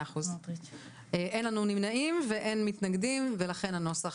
100%. אין לנו נמנעים ואין מתנגדים ולכן הנוסח